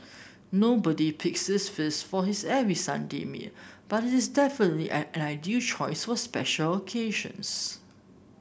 nobody picks this feast for his every Sunday meal but it is definitely an ideal choice for special occasions